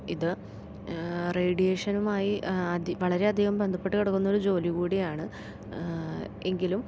ഇത് റേഡിയേഷനുമായി വളരെയധികം ബന്ധപ്പെട്ടു കിടക്കുന്നൊരു ജോലി കൂടിയാണ് എങ്കിലും